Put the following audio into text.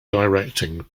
directing